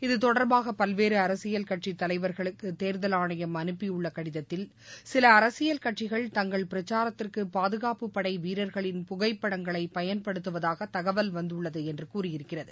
இத்தொடர்பாக பல்வேறு அரசியல் கட்சித்தலைவர்களுக்கு தேர்தல் ஆணையம் அனுப்பியுள்ள கடிதத்தில் சில அரசியல் கட்சிகள் தங்கள் பிரச்சாரத்திற்கு பாதுகாப்பு படை வீரர்களின் புகைப்படங்களை பயன்படுத்துவதாக தகவல் வந்துள்ளது என்று கூறியிருக்கிறது